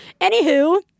Anywho